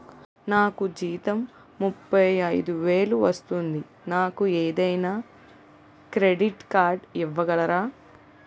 నాకు జీతం ముప్పై ఐదు వేలు వస్తుంది నాకు ఏదైనా క్రెడిట్ కార్డ్ ఇవ్వగలరా?